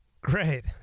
Great